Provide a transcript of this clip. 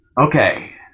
Okay